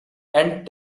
and